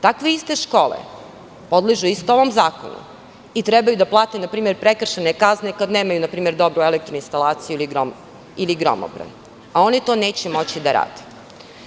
Takve iste škole podležu ovom istom zakonu i trebaju da plate npr. prekršajne kazne kada nemaju npr. dobru elektro instalaciju ili gromobran, a one to neće moći da rade.